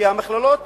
כי המכללות